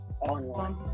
online